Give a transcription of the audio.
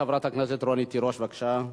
חברת הכנסת רונית תירוש, בבקשה.